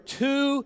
two